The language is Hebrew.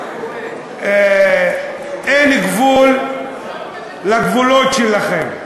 אין גבול לגבולות שלכם.